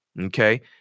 okay